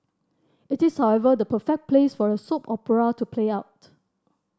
it is however the perfect place for a soap opera to play out